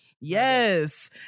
Yes